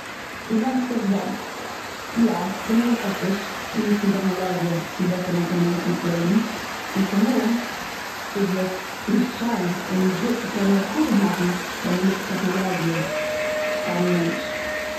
ס'ווענדט זיך ווען. יא, צומאל איז עטיש צו ניצן טעכנאלאגיע צו בעסער מאכן די מענטשנ'ס לעבן. און צומאל איז עס נישט שיין און נישט גוט. ס'קען נאר חרוב מאכן ווען מ'ניצט טעכנעלאגיע פארן מענטש.